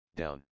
down